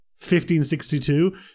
1562